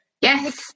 Yes